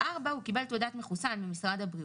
הוא קיבל תעודת מחוסן ממשרד הבריאות,